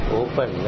open